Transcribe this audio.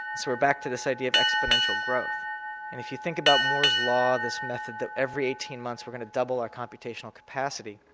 so we're back to this idea of exponential growth. and if you think about moore's law, this method that every eighteen months we're going to double our computational capacity,